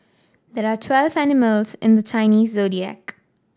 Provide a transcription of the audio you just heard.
there are twelve animals in the Chinese Zodiac